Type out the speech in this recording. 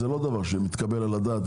זה לא דבר שמתקבל על הדעת.